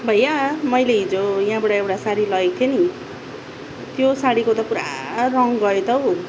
भैया मैले हिजो यहाँबाट एउटा साडी लगेको थिएँ नि त्यो साडीको त पुरा रङ गयो त हौ